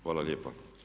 Hvala lijepa.